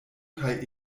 kaj